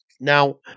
Now